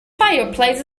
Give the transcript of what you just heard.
fireplace